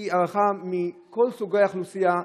היא הערכה מכל סוגי האוכלוסייה,